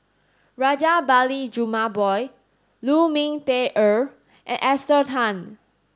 Rajabali Jumabhoy Lu Ming Teh Earl and Esther Tan